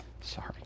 Sorry